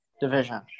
division